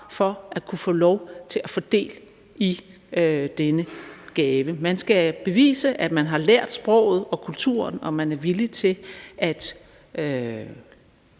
for at kunne få lov til at få del i denne gave. Man skal bevise, at man har lært sproget og kulturen, og at man er villig til at